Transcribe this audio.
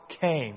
came